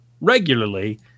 regularly